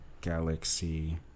Galaxy